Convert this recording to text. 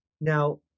Now